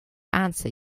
answer